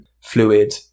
fluid